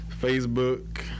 Facebook